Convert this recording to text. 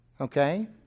okay